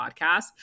podcast